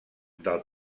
del